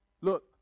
Look